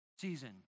season